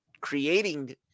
creating